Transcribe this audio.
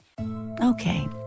Okay